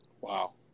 Wow